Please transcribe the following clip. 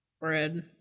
bread